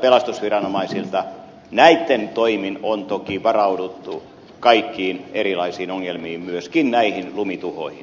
pelastusviranomaisilta toki on varauduttu kaikkiin erilaisiin ongelmiin myöskin näihin lumituhoihin